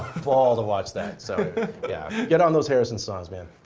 ball to watch that. so yeah, get on those harrison songs, man.